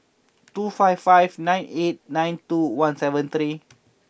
two five five nine eight nine two one seven three